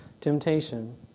temptation